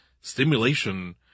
Stimulation